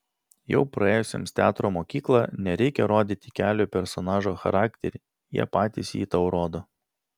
jau praėjusiems teatro mokyklą nereikia rodyti kelio į personažo charakterį jie patys jį tau rodo